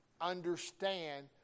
understand